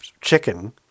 chicken